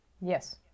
Yes